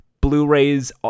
Blu-rays